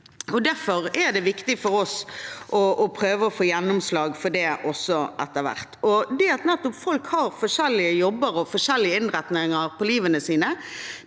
Derfor er det viktig for oss å prøve å få gjennomslag for det også etter hvert. Det at folk har forskjellige jobber og forskjellige innretninger på livet sitt,